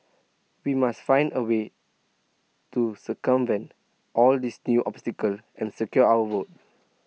we must find A way to circumvent all these new obstacles and secure our votes